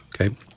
Okay